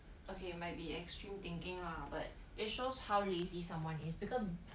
okay might be extreme thinking lah but it shows how lazy someone is because